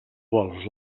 vols